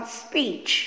speech